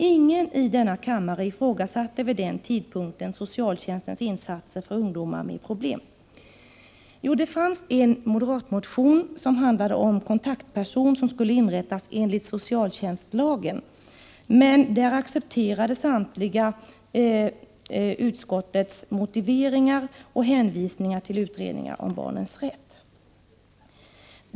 Ingen i denna kammare ifrågasatte vid denna tidpunkt socialtjänstens insatser för ungdomar med problem. Jo, det fanns en moderatmotion som handlade om att kontaktperson skulle utses enligt socialtjänstlagen, men samtliga ledamöter accepterade utskottets motiveringar och hänvisning till utredningen om barnens rätt.